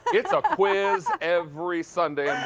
it's a quiz every sunday.